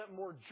more